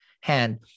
hand